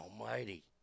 almighty